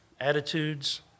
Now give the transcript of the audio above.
attitudes